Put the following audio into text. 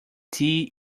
tea